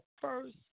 first